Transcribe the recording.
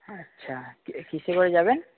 আচ্ছা কিসে করে যাবেন